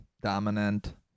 dominant